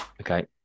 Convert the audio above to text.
okay